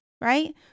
right